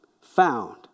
Found